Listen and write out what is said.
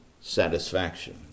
satisfaction